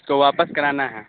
اس کو واپس کرانا ہے